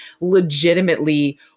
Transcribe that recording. legitimately